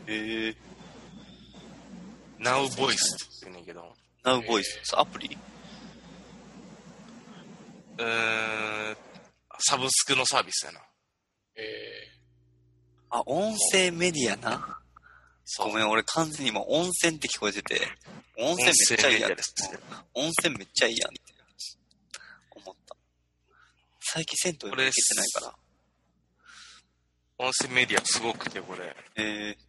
えー。ナウボイスって言うねんけど。ナウボイス。えー。そう、アプリ？えー、サブスクのサービスやな。えー。あ、音声メディアな。そう。ごめん、俺完全に今、温泉って聞こえてて。温泉めっちゃいいやん。音声メディアですね。温泉めっちゃいいやんって思った。最近銭湯行けてないから。これす、音声メディアすごくて、これ。えー。